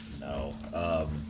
No